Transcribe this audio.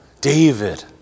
David